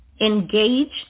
engage